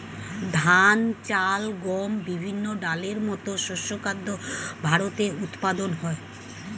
ধান, চাল, গম, বিভিন্ন ডালের মতো শস্য খাদ্য ভারতে উৎপাদন হয়